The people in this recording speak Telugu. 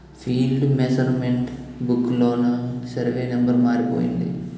ఫీల్డ్ మెసరమెంట్ బుక్ లోన సరివే నెంబరు మారిపోయింది